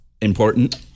Important